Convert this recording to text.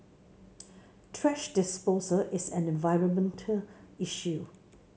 thrash disposal is an environmental issue